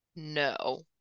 no